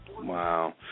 Wow